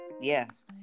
Yes